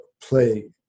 play